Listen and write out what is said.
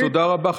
תודה רבה,